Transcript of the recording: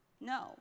No